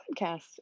podcast